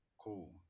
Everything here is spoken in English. Cool